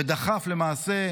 ודחף למעשה,